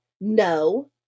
no